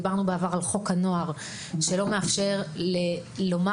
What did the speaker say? בעבר דיברנו על חוק הנוער שלא מאפשר לומר